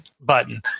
button